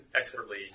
expertly